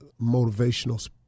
motivational